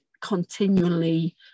continually